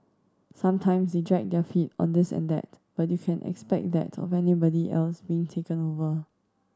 sometimes they dragged their feet on this and that but you can expect that of anybody else being taken over